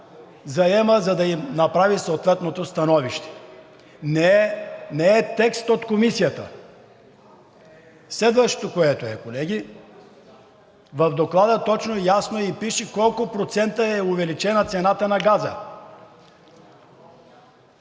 заемат, за да им направи съответното становище. Не е текст от Комисията. Следващото, колеги. В доклада точно и ясно пише колко процента е увеличена цената на газа.